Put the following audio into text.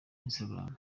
instagram